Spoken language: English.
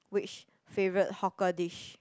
which favourite hawker dish